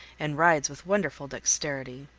and rides with wonderful dexterity.